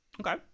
okay